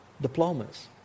diplomas